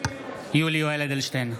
יולי יואל אדלשטיין,